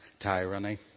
tyranny